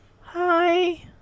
Hi